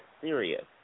serious